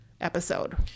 episode